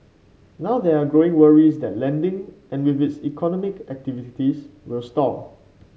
now there are growing worries that lending and with it economic activities will stall